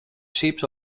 sheep